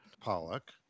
Pollock